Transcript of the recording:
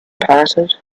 parted